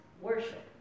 worship